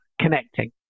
connecting